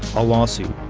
a lawsuit,